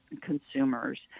consumers